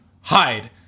hide